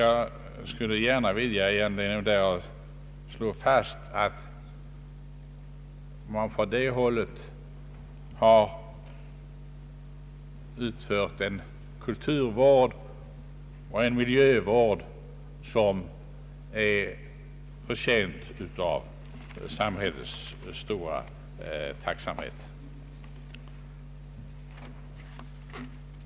Jag skulle gärna vilja i anledning därav slå fast att man på det hållet har utfört en kulturvård och en miljövård som förtjänar samhällets stora tacksamhet.